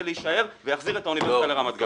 להישאר ויחזיר את האוניברסיטה לרמת גן.